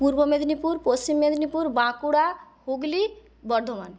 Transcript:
Purba Medinipur Paschim Medinipur Bankura Hooghly Bardhaman